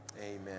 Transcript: Amen